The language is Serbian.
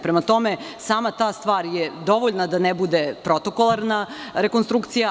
Prema tome, sama ta stvar je dovoljna da ne bude protokolarna rekonstrukcija.